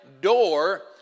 door